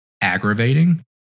aggravating